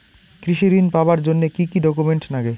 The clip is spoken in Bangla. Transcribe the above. কৃষি ঋণ পাবার জন্যে কি কি ডকুমেন্ট নাগে?